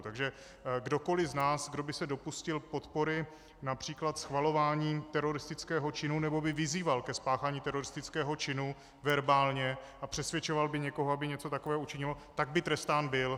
Takže kdokoliv z nás, kdo by se dopustil podpory, například schvalování teroristického činu nebo by vyzýval ke spáchání teroristického činu verbálně a přesvědčoval by někoho, aby něco takového učinil, tak by trestán byl.